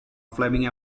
fleming